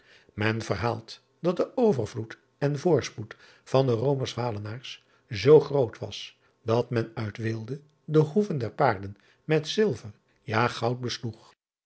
en verhaalt dat de overvloed en voorspoed van de omerswalenaars zoo groot was dat men uit weelde de hoeven der paarden met zilver ja goud besloeg